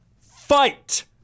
fight